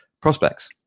prospects